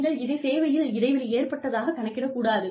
நீங்கள் இதைச் சேவையில் இடைவெளி ஏற்பட்டதாகக் கணக்கிடக் கூடாது